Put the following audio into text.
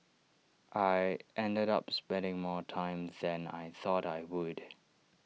I ended up spending more time than I thought I would